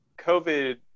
COVID